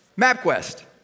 MapQuest